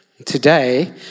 Today